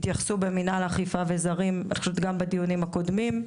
התייחסו במנהל אכיפה וזרים גם בדיונים הקודמים.